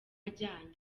ajyanye